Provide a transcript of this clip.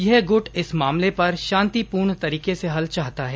यह गुट इस मामले पर शांतिपूर्ण तरीके से हल चाहता है